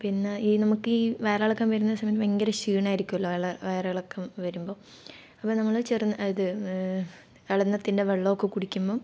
പിന്നെ ഈ നമുക്കീ വയറിളക്കം വരുന്ന സമയത്ത് ഭയങ്കര ക്ഷീണമായിരിക്കുമല്ലോ വയറിളക്കം വരുമ്പോൾ അപ്പോൾ നമ്മൾ ചെറു ഇത് എളന്നത്തിൻ്റെ വെള്ളമൊക്കെ കുടിക്കുമ്പോൾ